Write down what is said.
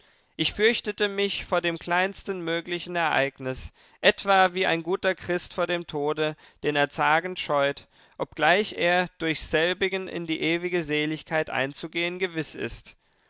ich fürchtete mich vor dem kleinsten möglichen ereignis etwa wie ein guter christ vor dem tode den er zagend scheut obgleich er durch selbigen in die ewige seligkeit einzugehen gewiß ist